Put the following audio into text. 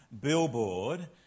billboard